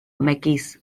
megis